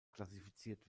klassifiziert